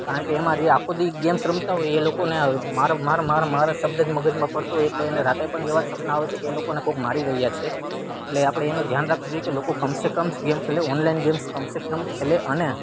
કારણ કે એમા જે આખો દી ગેમ્સ રમતા હોય એ લોકોને માર માર માર માર શબ્દ જ મગજમાં ફરતો હોય એટલે એને રાતે પણ એવા જ સપના આવે છે કે એ લોકોને કોક મારી રહી છે એટલે આપણે એનું ધ્યાન રાખવું જોઈ કે લોકો કમસે કમ ગેમ્સ ખેલે ઓનલાઈન ગેમ્સ કમસે કમ ખેલે અને